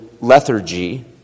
lethargy